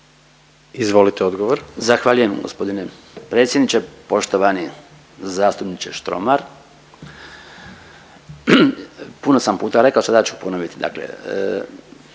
Branko (HDZ)** Zahvaljujem gospodine predsjedniče. Poštovani zastupniče Štromar, puno sam puta rekao sada ću ponoviti dakle.